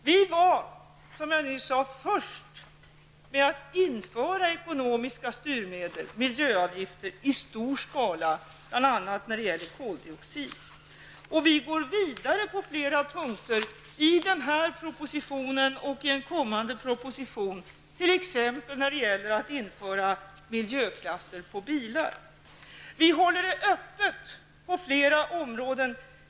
Vi var, som jag nyss sade, först med att införa ekonomiska styrmedel, miljöavgifter, i stor skala bl.a. när det gäller koldioxid. Vi går i den här propositionen och i en kommande proposition vidare på flera punkter, t.ex. när det gäller att införa miljöklasser på alla bilar. Vi håller på flera områden öppet.